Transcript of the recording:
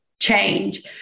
change